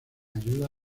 ayuda